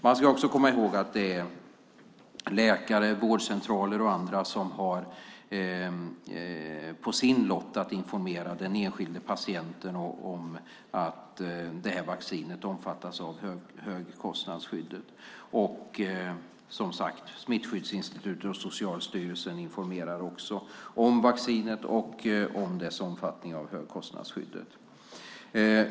Man ska också komma ihåg att det är bland annat läkare och vårdcentraler som har på sin lott att informera den enskilda patienten om att det här vaccinet omfattas av högkostnadsskyddet. Som sagt: Smittskyddsinstitutet och Socialstyrelsen informerar också om vaccinet och om omfattningen när det gäller högkostnadsskyddet.